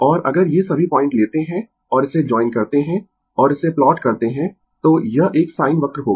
और अगर ये सभी पॉइंट लेते है और इसे जॉइन करते है और इसे प्लॉट करते है तो यह एक sin वक्र होगा